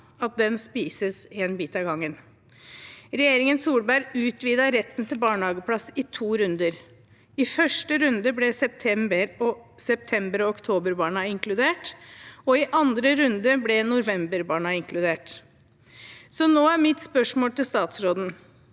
at den spises en bit av gangen. Regjeringen Solberg utvidet retten til barnehageplass i to runder. I første runde ble septemberbarna og oktoberbarna inkludert, i andre runde ble novemberbarna inkludert. Så nå er mitt spørsmål til statsråden: